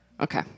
Okay